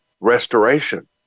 restoration